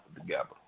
together